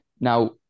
Now